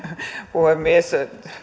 puhemies